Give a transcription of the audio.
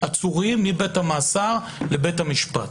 עצורים מבית המאסר לבית המשפט.